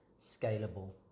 scalable